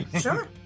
Sure